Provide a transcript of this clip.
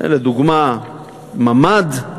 לדוגמה ממ"ד,